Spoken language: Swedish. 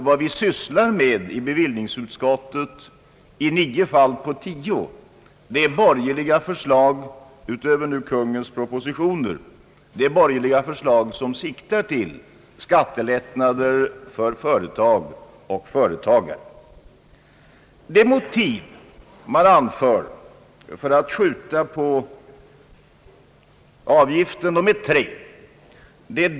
Vad vi sysslar medi bevillningsutskottet — utöver Kungl. Maj:ts propositioner är i nio fall av tio borgerliga förslag som siktar på skattelättnader för företag och företagare. De motiv som anförs för att skjuta fram genomförandet av arbetsgivaravgiften är tre.